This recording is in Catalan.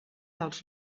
els